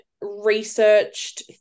researched